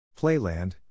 Playland